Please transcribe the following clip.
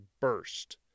burst